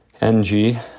NG